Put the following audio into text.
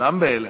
כולם בהלם,